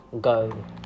go